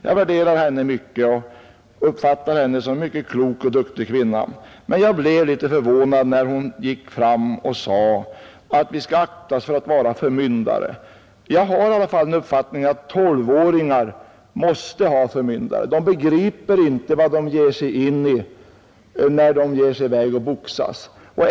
Jag värderar henne mycket och uppfattar henne såsom en mycket klok och duktig kvinna. Men jag blev litet förvånad när hon sade att vi skall akta oss för att vara förmyndare. Jag har i alla fall den uppfattningen att 12-åringar måste ha förmyndare. De begriper inte vad de ger sig in i när de ger sig i väg för att boxas.